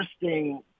interesting